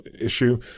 issue